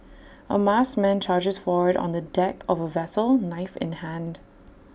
A masked man charges forward on the deck of A vessel knife in hand